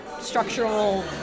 structural